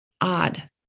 odd